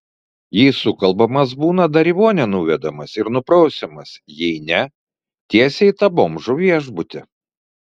jei sukalbamas būna dar į vonią nuvedamas ir nuprausiamas jei ne tiesiai į tą bomžų viešbutį